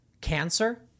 Cancer